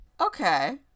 Okay